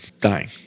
Dying